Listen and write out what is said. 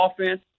offense